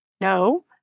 No